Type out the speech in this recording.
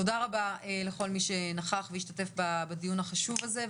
תודה רבה לכל מי שנכח והשתתף בדיון החשוב הזה.